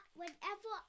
whenever